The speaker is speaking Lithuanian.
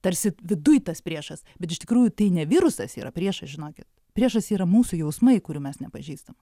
tarsi viduj tas priešas bet iš tikrųjų tai ne virusas yra priešas žinokit priešas yra mūsų jausmai kurių mes nepažįstam